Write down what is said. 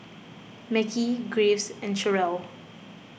Mekhi Graves and Cherrelle